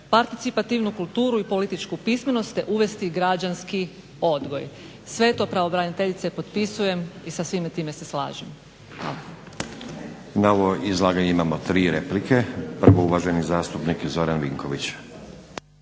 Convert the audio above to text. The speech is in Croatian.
participativnu kulturu i političku pismenost, te uvesti građanski odgoj. Sve to pravobraniteljice potpisujem i sa svime time se slažem. Hvala. **Stazić, Nenad (SDP)** Na ovo izlaganje imamo tri replike. Prvo uvaženi zastupnik Zoran Vinković.